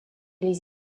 les